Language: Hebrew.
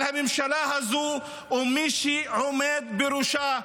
על הממשלה הזו ומי שעומד בראשה.